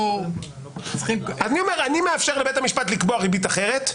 אנחנו צריכים --- אני מאפשר לבית המשפט לקבוע ריבית אחרת,